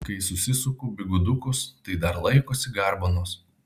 kai susisuku bigudukus tai dar laikosi garbanos